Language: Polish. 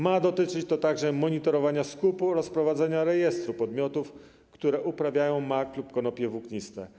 Ma dotyczyć to także monitorowania skupu oraz prowadzenia rejestru podmiotów, które uprawiają mak lub konopie włókniste.